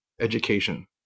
education